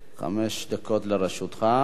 חמש דקות לרשותך.